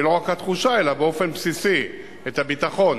ולא רק את התחושה אלא באופן בסיסי את הביטחון